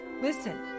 Listen